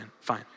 fine